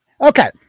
Okay